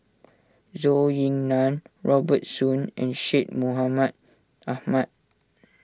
Zhou Ying Nan Robert Soon and Syed Mohamed Ahmed